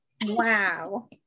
Wow